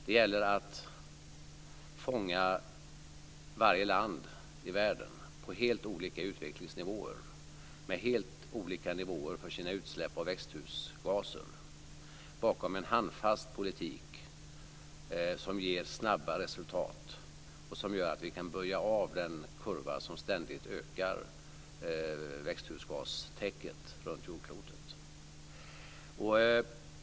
Det gäller att fånga varje land i världen på helt olika utvecklingsnivåer, med helt olika nivåer av sina utsläpp av växthusgaser bakom en handfast politik som ger snabba resultat och som gör att vi kan böja av den kurva som ständigt ökar växthusgastäcket runt jordklotet.